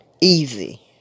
easy